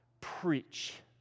preach